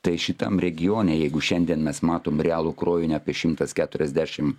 tai šitam regione jeigu šiandien mes matom realų krovinį apie šimtas keturiasdešim